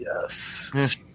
Yes